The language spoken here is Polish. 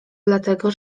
dlatego